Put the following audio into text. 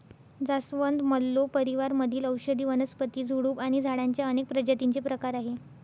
जास्वंद, मल्लो परिवार मधील औषधी वनस्पती, झुडूप आणि झाडांच्या अनेक प्रजातींचे प्रकार आहे